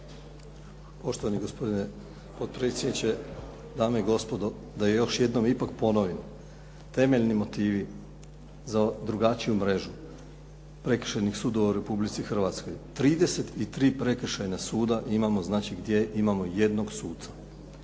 Poštovani gospodine potpredsjedniče, dame i gospodo. Da još jednom ipak ponovim. Temeljni motivi za drugačiju mrežu prekršajnih sudova u Republici Hrvatskoj. 33 prekršajna suda imamo znači gdje imamo jednog suca.